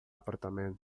apartamento